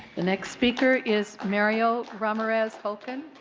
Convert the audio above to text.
next speaker is mariel ramirez holkon.